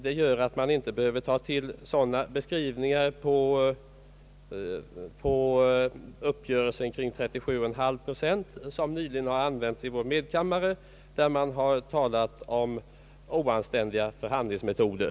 Det gör att man inte behöver ta till sådana beskrivningar på uppgörelsen kring 37,5 procent som nyligen har använts i medkammaren, där man talat om oanständiga förhandlingsmetoder.